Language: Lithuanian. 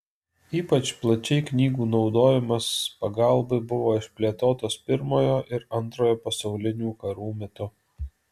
ypač plačiai knygų naudojimas pagalbai buvo išplėtotas pirmojo ir antrojo pasaulinių karų metu